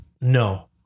No